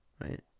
right